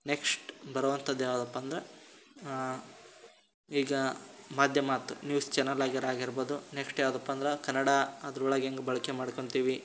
next ಬರೋವಂಥದ್ ಯಾವುದಪ್ಪ ಅಂದ್ರೆ ಈಗ ಮಾಧ್ಯಮ ಆಯ್ತು ನ್ಯೂಸ್ ಚನಲ್ ಆಗಿರು ಆಗಿರ್ಬೋದು ನೆಕ್ಸ್ಟ್ ಯಾವುದಪ್ಪ ಅಂದ್ರೆ ಕನ್ನಡ ಅದ್ರೊಳಗೆ ಹೇಗ್ ಬಳಕೆ ಮಾಡ್ಕೊತೀವಿ